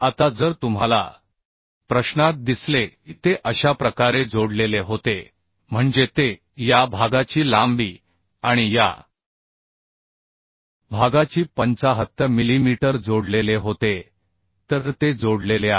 आता जर तुम्हाला प्रश्नात दिसले की ते अशा प्रकारे जोडलेले होते म्हणजे ते या भागाची लांबी आणि या भागाची 75 मिलीमीटर जोडलेले होते तर ते जोडलेले आहे